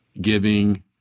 giving